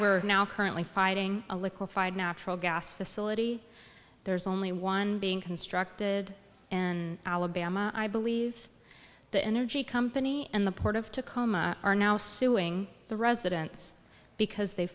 are now currently fighting a liquefied natural gas facility there's only one being constructed and alabama i believe the energy company and the port of tacoma are now suing the residents because they